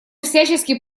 всячески